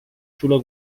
sulla